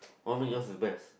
oh me yours is the best